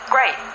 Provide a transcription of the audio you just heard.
Great